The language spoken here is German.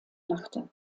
machte